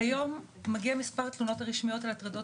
כיום מגיע מספר התלונות הרשמיות על הטרדות